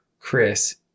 Chris